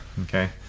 okay